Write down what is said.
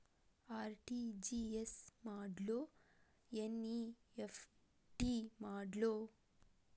RTGS ಮಾಡ್ಲೊ NEFT ಮಾಡ್ಲೊ?